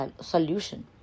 solution